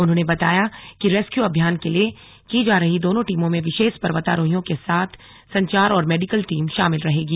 उन्होंने बताया कि रेस्क्यू अभियान के लिए जा रही दोनों टीमों में विशेष पर्वतारोहियों के साथ ही संचार और मेडिकल टीम शामिल रहेगी